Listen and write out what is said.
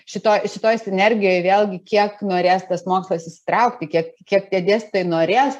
šito šitoj sinergijoj vėlgi kiek norės tas mokslas įsitraukti kiek kiek tie dėstytojai norės